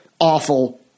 awful